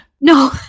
No